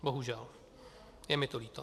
Bohužel, je mi to líto.